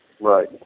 Right